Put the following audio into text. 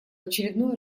очередной